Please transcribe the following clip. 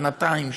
שנתיים,